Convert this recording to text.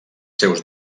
seus